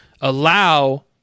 allow